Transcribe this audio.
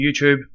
YouTube